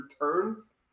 returns